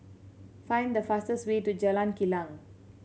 find the fastest way to Jalan Kilang